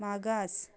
मागास